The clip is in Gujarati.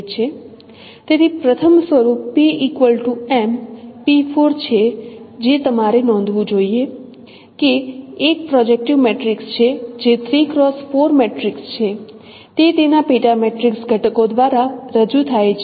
તેથી પ્રથમ સ્વરૂપ P M | p4 જે તમારે નોંધવું જોઈએ કે એક પ્રોજેક્ટીવ મેટ્રિક્સ છે જે 3 x 4 મેટ્રિક્સ છે તે તેના પેટા મેટ્રિક્સ ઘટકો દ્વારા રજૂ થાય છે